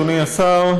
אדוני השר,